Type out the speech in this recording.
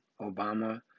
Obama